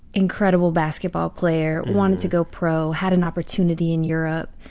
incredible basketball player, wanted to go pro, had an opportunity in europe,